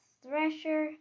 thresher